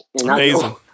Amazing